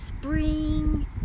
spring